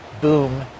boom